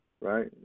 right